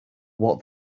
what